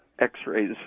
x-rays